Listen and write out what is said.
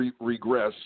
regress